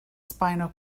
spinal